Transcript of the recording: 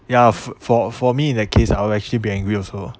ya for for me in that case I will actually be angry also